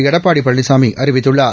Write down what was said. எடப்பாடி பழனிசாமி அறிவித்துள்ளார்